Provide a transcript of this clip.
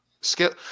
skill